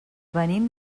venim